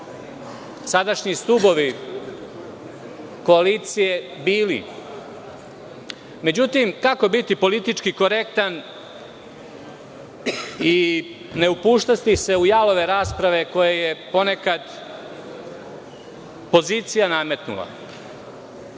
sadašnji stubovi koalicije bili. Međutim, kako biti politički korektan i ne upuštati se u jalove rasprave, koje je ponekad pozicija nametnula?